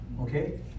okay